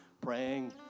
praying